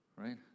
right